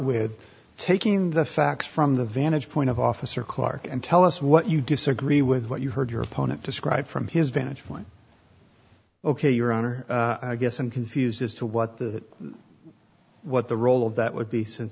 with taking the facts from the vantage point of officer clark and tell us what you disagree with what you heard your opponent describe from his vantage point ok your honor i guess i'm confused as to what the what the role of that would be since